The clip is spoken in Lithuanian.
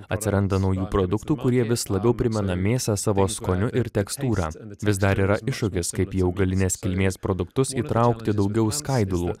atsiranda naujų produktų kurie vis labiau primena mėsą savo skoniu ir tekstūra vis dar yra iššūkis kaip į augalinės kilmės produktus įtraukti daugiau skaidulų